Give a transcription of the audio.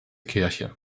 kirche